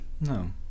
No